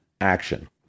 action